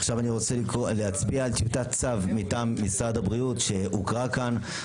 עכשיו אני רוצה להצביע על טיוטת צו מטעם משרד הבריאות שהוקרא כאן.